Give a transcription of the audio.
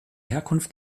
herkunft